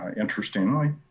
interestingly